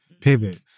Pivot